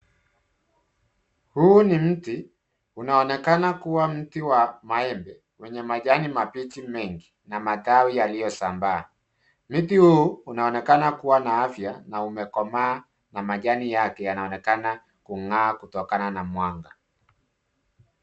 Huu ni mti unaonekana kuwa mti wa maembe wenye majani mabichi mengi na matawi yaliyosambaa. Mti huu unaonekana kuwa na afya na umekomaa na majani yake yanaonekana kung'aa kutokana na mwanga.